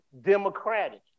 democratic